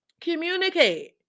Communicate